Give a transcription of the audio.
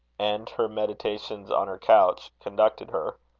and her meditations on her couch, conducted her.